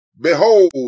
behold